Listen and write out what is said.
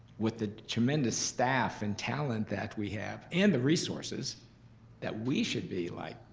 with the tremendous staff and talent that we have, and the resources that we should be like,